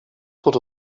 sort